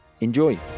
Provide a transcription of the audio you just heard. Enjoy